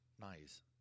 nice